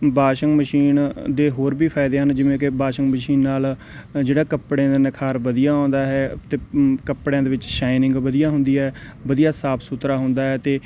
washing machine ਦੇ ਹੋਰ ਵੀ ਫਾਇਦੇ ਹਨ ਜਿਵੇਂ ਕਿ ਵਾਸ਼ਿੰਗ ਮਸ਼ੀਨ ਨਾਲ ਨੇ ਜਿਹੜਾ ਕੱਪੜੇ ਦਾ ਨਿਖ਼ਾਰ ਵਧੀਆ ਆਉਂਦਾ ਹੈ ਅਤੇ ਕੱਪੜਿਆਂ ਦੇ ਵਿੱਚ ਸ਼ਾਈਨਿੰਗ ਵਧੀਆ ਹੁੰਦੀ ਹੈ ਵਧੀਆ ਸਾਫ਼ ਸੁਥਰਾ ਹੁੰਦਾ ਹੈ ਅਤੇ